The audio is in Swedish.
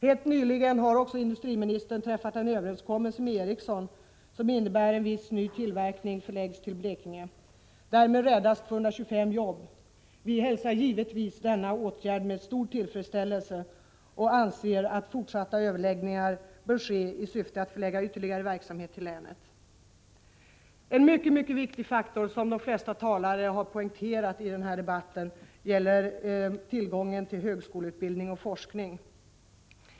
Helt nyligen har industriministern träffat en överenskommelse med Ericsson, som innebär att viss nytillverkning förläggs till Blekinge. Därmed räddas 225 jobb. Vi hälsar givetvis denna åtgärd med tillfredsställelse och anser att fortsatta överläggningar bör ske i syfte att förlägga ytterligare verksamhet till länet. En mycket viktig faktor som de flesta talare poängterat i debatten är tillgången till högskoleutbildning och forskning.